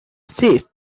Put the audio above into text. ceased